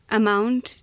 amount